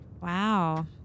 Wow